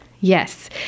yes